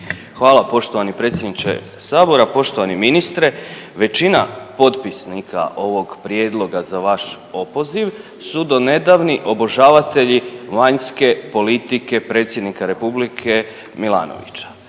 Hvala poštovani predsjedniče sabora. Poštovani ministre, većina potpisnika ovog prijedloga za vaš opoziv su donedavni obožavatelji vanjske politike predsjednika republike Milanovića.